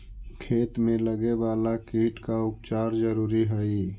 खेत में लगे वाला कीट का उपचार जरूरी हई